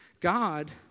God